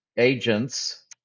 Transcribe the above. Agents